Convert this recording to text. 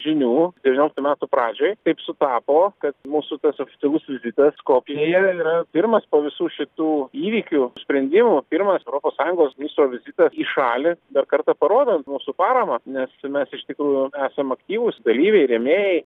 žinių devynioliktų metų pradžioj taip sutapo kad mūsų subtilus vizitas skopjėje yra pirmas po visų šitų įvykių sprendimų pirmas europos sąjungos mūsų vizita į šalį dar kartą parodant mūsų paramą nes mes iš tikrųjų esam aktyvūs dalyviai rėmėjai